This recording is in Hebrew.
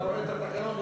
אתה רואה את התקנון,